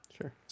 Sure